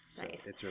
Nice